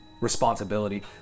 responsibility